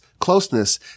closeness